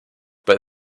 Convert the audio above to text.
but